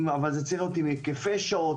אבל זה צריך להיות דבר עם היקפי שעות,